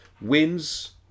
wins